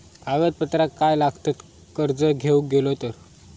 कागदपत्रा काय लागतत कर्ज घेऊक गेलो तर?